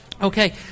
Okay